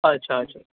اچھا اچھا